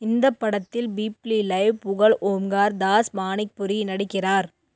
இந்த படத்தில் பீப்ளி லைவ் புகழ் ஓம்கார் தாஸ் மாணிக்புரி நடிக்கிறார்